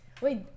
Wait